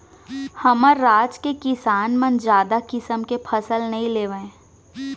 हमर राज के किसान मन जादा किसम के फसल नइ लेवय